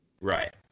Right